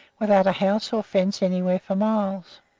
without a house or a fence anywhere for miles.